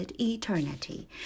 eternity